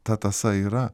ta tąsa yra